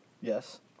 Yes